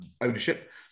ownership